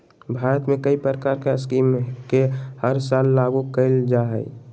भारत में कई प्रकार के स्कीम के हर साल लागू कईल जा हइ